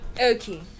okay